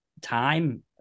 time